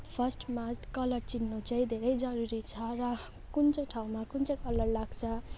फर्स्टमा कलर चिन्नु चाहिँ धेरै जरुरी छ र कुन चाहिँ ठाउँमा कुन चाहिँ कलर लाग्छ